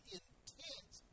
intense